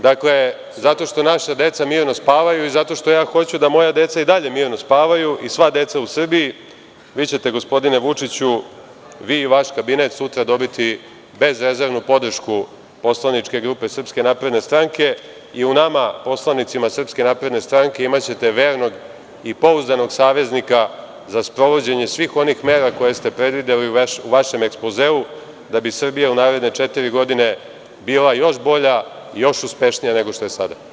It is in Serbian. Dakle, zato što naša deca mirno spavaju i zato što ja hoću da moja deca i dalje mirno spavaju i sva deca u Srbiji, vi ćete, gospodine Vučiću, vi i vaš kabinet, sutra dobiti bezrezervnu podršku poslaničke grupe SNS i u nama, poslanicima SNS, imaćete vernog i pouzdanog saveznika za sprovođenje svih onih mera koje ste predvideli u vašem ekspozeu, da bi Srbija u naredne četiri godine bila još bolja, još uspešnija nego što je sada.